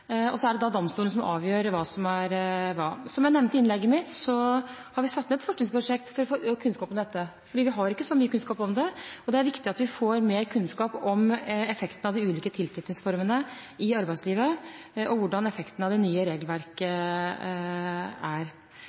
og midlertidig ansettelse. Så er det domstolene som avgjør hva som er hva. Som jeg nevnte i innlegget mitt, har vi satt i gang et forskningsprosjekt for å få økt kunnskap om dette, for vi har ikke så mye kunnskap om det. Det er viktig at vi får mer kunnskap om effektene av de ulike tilknytningsformene i arbeidslivet, og hvordan effektene av det nye regelverket er.